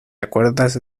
acuerdas